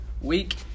Week